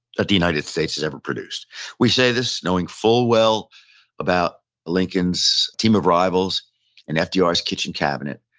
that the united states has ever produced we say this knowing full well about lincoln's team of rivals and fdr's kitchen cabinet.